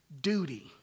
duty